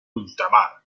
ultramar